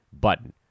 button